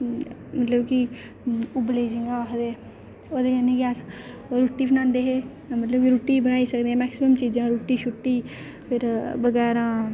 मतलब के उब्बले जि'यां आखदे ओह्दे कन्नै गै अस रुट्टी बनांदे हे मतलब कि रुट्टी बनाई सकदे आं मैक्सीमम रुट्टी शुट्टी फिर बगैरां